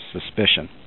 suspicion